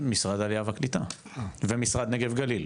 משרד העלייה והקליטה ומשרד נגב-גליל,